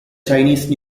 chinese